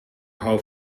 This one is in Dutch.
hou